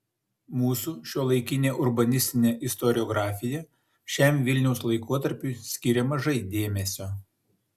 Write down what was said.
mūsų šiuolaikinė urbanistinė istoriografija šiam vilniaus laikotarpiui skiria mažai dėmesio